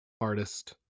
artist